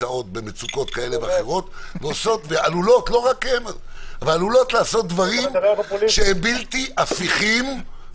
שנמצאות במצוקות כאלה ואחרות ועלולות לעשות דברים שהם בלתי הפיכים.